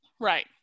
Right